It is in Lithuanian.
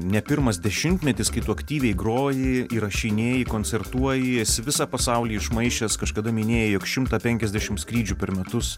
ne pirmas dešimtmetis kai tu aktyviai groji įrašinėji koncertuoji esi visą pasaulį išmaišęs kažkada minėjai jog šimtą penkiasdešim skrydžių per metus